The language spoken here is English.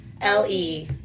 L-E